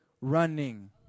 running